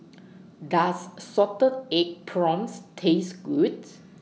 Does Salted Egg Prawns Taste goods